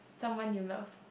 someone you love